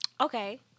Okay